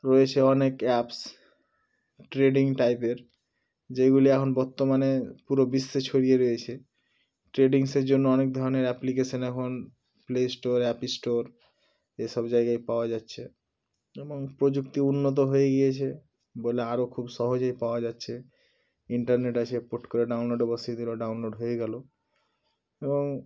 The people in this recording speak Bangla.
রয়েছে অনেক অ্যাপস ট্রেডিং টাইপের যেগুলি এখন বর্তমানে পুরো বিশ্বে ছড়িয়ে রয়েছে ট্রেডিংসের জন্য অনেক ধরনের অ্যাপ্লিকেশন এখন প্লে স্টোর অ্যাপ স্টোর এসব জায়গায় পাওয়া যাচ্ছে এবং প্রযুক্তি উন্নত হয়ে গিয়েছে বলে আরও খুব সহজেই পাওয়া যাচ্ছে ইন্টারনেট আছে পুট করে ডাউনলোডও বসিয়ে দিল ডাউনলোড হয়ে গেল এবং